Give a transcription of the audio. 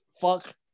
Fuck